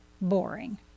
boring